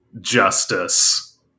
Justice